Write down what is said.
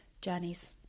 journeys